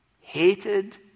hated